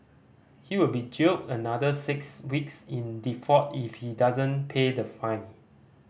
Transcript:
he will be jailed another six weeks in default if he doesn't pay the fine